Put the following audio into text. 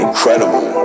Incredible